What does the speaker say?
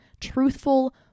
truthful